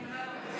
מי מנע את התקציב?